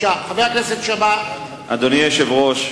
אדוני היושב-ראש,